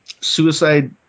Suicide-